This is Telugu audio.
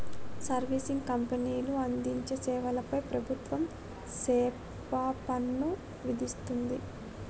సర్వీసింగ్ కంపెనీలు అందించే సేవల పై ప్రభుత్వం సేవాపన్ను విధిస్తుంది